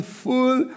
full